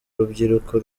rubyiruko